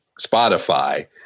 Spotify